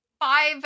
five